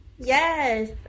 Yes